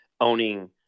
owning